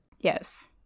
Yes